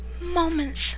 moments